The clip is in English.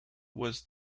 was